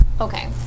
Okay